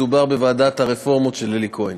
מדובר בוועדת הרפורמות של אלי כהן: